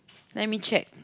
let me check